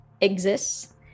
exists